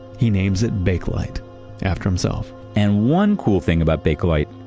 he names it bakelite after himself and one cool thing about bakelite,